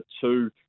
two